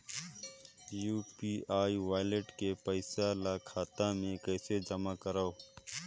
UPI wallet के पईसा ल खाता मे कइसे जमा करव?